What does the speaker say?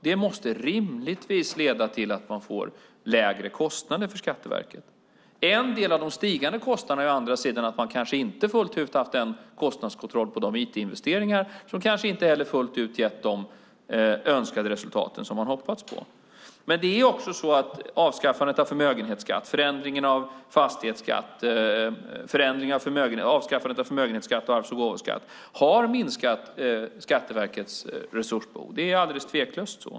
Det måste rimligtvis leda till lägre kostnader för Skatteverket. En del av de stigande kostnaderna är å andra sidan att man kanske inte fullt ut har haft kostnadskontroll på IT-investeringarna som kanske inte heller fullt ut har gett de resultat som man hoppats på. Avskaffandet av förmögenhetsskatten och arvs och gåvoskatten och förändringen av fastighetsskatten har minskat Skatteverkets resursbehov. Det är alldeles tveklöst så.